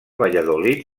valladolid